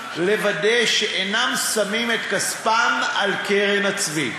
לוודא בעצמם שאינם שמים את כספם על קרן הצבי.